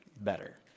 better